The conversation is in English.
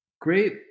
Great